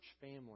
family